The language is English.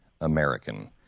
American